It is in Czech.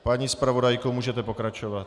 Paní zpravodajko, můžete pokračovat.